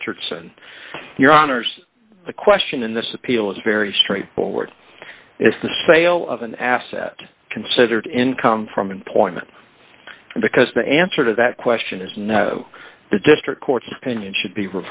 richardson your honour's the question in this appeal is very straightforward if the sale of an asset considered income from in point because the answer to that question is no the district court's opinion should be